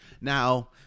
now